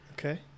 Okay